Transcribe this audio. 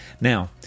Now